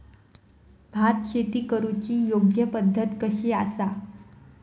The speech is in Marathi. भात शेती करुची योग्य पद्धत कशी आसा?